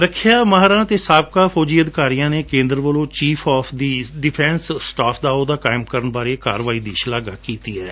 ਰੱਖਿਆ ਮਾਹਿਰਾਂ ਅਤੇ ਸਾਬਕਾ ਫੌਜੀ ਅਧਿਕਾਰੀਆਂ ਨੇ ਕੇਂਦਰ ਵੱਲੋਂ ਚੀਫ ਆਫ ਦੀ ਡਿਫੈਂਸ ਸਟਾਫ ਦਾ ਅਹੁਦਾ ਕਾਇਮ ਕਰਣ ਬਾਰੇ ਕਾਰਵਾਈ ਦੀ ਸ਼ਲਾਘਾ ਕੀਤੀ ਹੈ